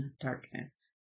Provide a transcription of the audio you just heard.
darkness